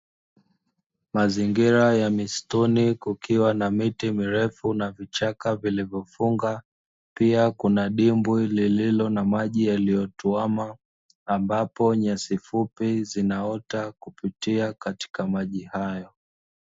Mazingira ya misituni kukiwa na miti mirefu, na vichaka vilivyofunga, pia kuna dimbwi lililo na maji yaliyotuama, ambapo nyasi fupi zinaota kupitia katika maji hayo.